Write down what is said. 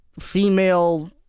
Female